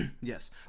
Yes